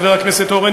חבר הכנסת אורן,